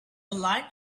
line